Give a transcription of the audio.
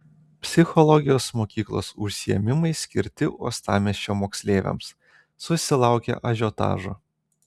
psichologijos mokyklos užsiėmimai skirti uostamiesčio moksleiviams susilaukė ažiotažo